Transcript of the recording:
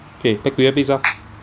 okay take your earpiece ah